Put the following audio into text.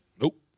Nope